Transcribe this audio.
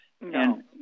No